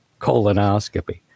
colonoscopy